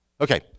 Okay